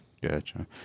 Gotcha